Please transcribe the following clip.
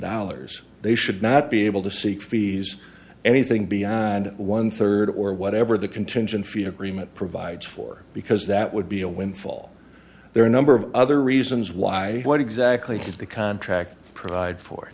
dollars they should not be able to seek fees anything beyond one third or whatever the contingent fee agreement provides for because that would be a windfall there are a number of other reasons why what exactly did the contract provide for